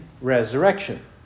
resurrection